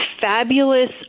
fabulous